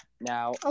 Now